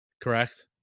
correct